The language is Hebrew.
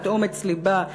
את אומץ לבה,